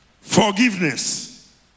Forgiveness